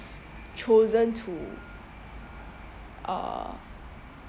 chosen to uh